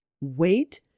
Wait